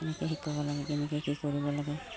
কেনেকৈ শিকাব লাগে কেনেকৈ কি কৰিব লাগে